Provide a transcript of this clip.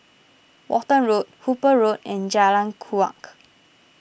Walton Road Hooper Road and Jalan Kuak